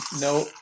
no